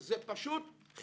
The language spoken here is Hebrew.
זה פשוט חרפה.